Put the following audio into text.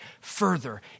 further